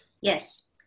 Yes